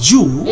Jew